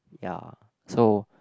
ya so